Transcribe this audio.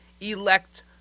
elect